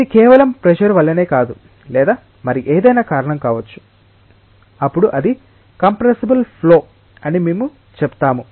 ఇది కేవలం ప్రెషర్ వల్లనే కాదు లేదా మరి ఏదైనా కారణంగా కావచ్చు అప్పుడు అది కంప్రెస్సబుల్ ఫ్లో అని మేము చెప్తాము